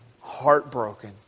heartbroken